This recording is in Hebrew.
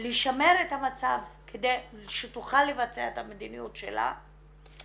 לשמר את המצב כדי שהיא תוכל לבצע את המדיניות שלה,